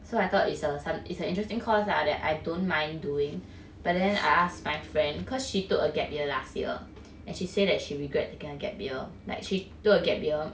so I thought it's err some it's an interesting course lah that I don't mind doing but then I ask my friend cause she took a gap year last year and she said that she regret taking a gap year like she took a gap year